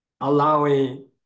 allowing